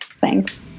thanks